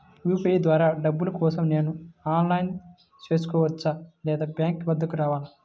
UPI ద్వారా డబ్బులు కోసం నేను ఆన్లైన్లో చేసుకోవచ్చా? లేదా బ్యాంక్ వద్దకు రావాలా?